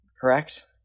Correct